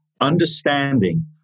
understanding